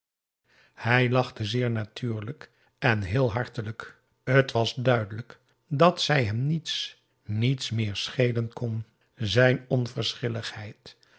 hij lachte zeer natuurlijk en heel hartelijk t was duidelijk dat zij hem niets niets meer schelen kon zijn onverschilligheid